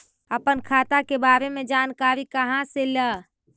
अपन खाता के बारे मे जानकारी कहा से ल?